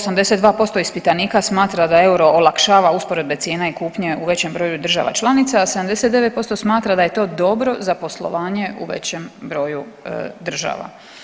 82% ispitanika smatra da je euro olakšava usporedbe cijena i kupnje u većem broju država članica, a 79% smatra da je to dobro za poslovanje u većem broju država.